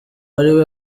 ariwe